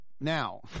Now